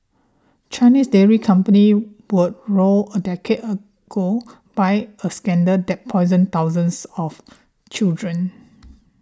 Chinese dairy companies were roiled a decade ago by a scandal that poisoned thousands of children